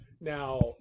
now